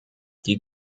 die